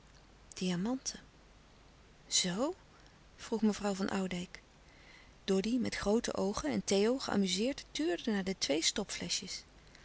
zoo vroeg mevrouw van oudijck doddy met groote oogen en theo geamuzeerd tuurden naar de twee